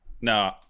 No